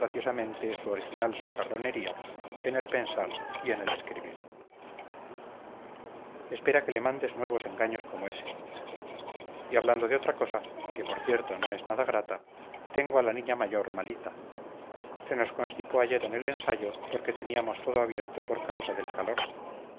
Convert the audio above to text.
graciosamente su original socarronería en el pensar y en el escribir espera que le mandes nuevos engaños como ese y hablando de otra cosa que por cierto no es nada grata tengo a la niña mayor malita se nos constipó ayer en el ensayo porque teníamos todo abierto por causa del calor